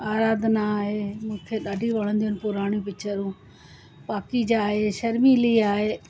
आराधना आहे मूंखे ॾाढी वणंदियूं आहिनि पुराणी पिचरू पाखीजा आहे शर्मिली आहे